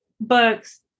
book's